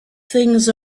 things